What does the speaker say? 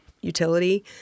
utility